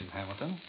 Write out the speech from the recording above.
Hamilton